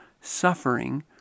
suffering